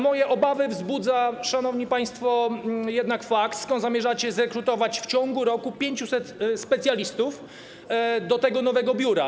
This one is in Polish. Moje obawy wzbudza, szanowni państwo, jednak fakt, skąd zamierzacie zrekrutować w ciągu roku 500 specjalistów do tego nowego biura.